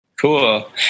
Cool